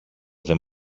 δεν